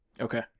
Okay